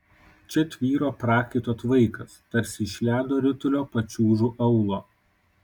čia tvyro prakaito tvaikas tarsi iš ledo ritulio pačiūžų aulo